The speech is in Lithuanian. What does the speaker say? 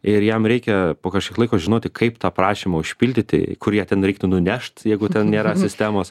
ir jam reikia po kažkiek laiko žinoti kaip tą prašymą užpildyti kur jį ten reiktų nunešt jeigu ten nėra sistemos